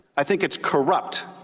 i think it's corrupt.